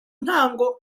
ntango